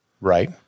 Right